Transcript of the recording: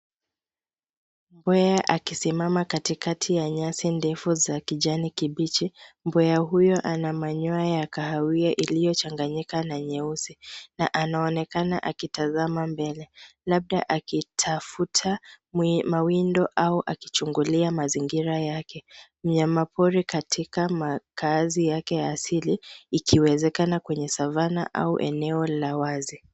Mbweha akisimama katikati ya nyasi ndefu za kijani kibichi. Mbweha huyo ana manyoya kahawia iliyochanganyika na nyeusi na. Anaonekana akitazama mbele labda akitafuta mawindo au akichungulia mazingira yake. Mnyama pori katika makazi yake ya asili, ikiwezekana kwenye savana au eneo la wazi.